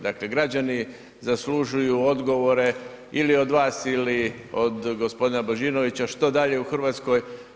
Dakle, građani zaslužuju odgovore ili od vas ili od g. Božinovića, što dalje u Hrvatskoj?